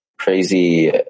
crazy